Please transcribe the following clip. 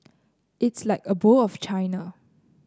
it's like a bowl of china